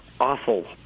awful